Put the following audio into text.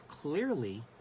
clearly